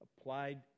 applied